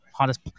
Hottest